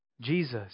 Jesus